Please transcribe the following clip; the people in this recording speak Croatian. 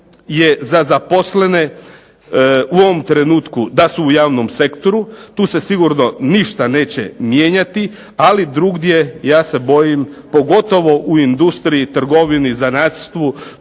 za zaposlene u ovom trenutku da su u javnom sektoru. Tu se sigurno ništa neće mijenjati, ali drugdje ja se bojim, pogotovo u industriji, trgovini, zanatstvu,